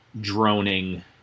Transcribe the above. droning